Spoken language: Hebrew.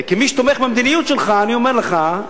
וכמי שתומך במדיניות שלך אני אומר לך,